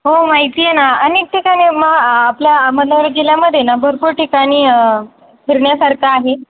हो माहिती आहे ना अनेक ठिकाणी म आपल्या अहमदनगर जिल्ह्यामध्ये ना भरपूर ठिकाणी फिरण्यासारखं आहे